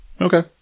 Okay